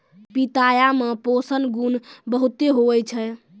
पिताया मे पोषण गुण बहुते हुवै छै